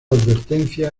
advertencia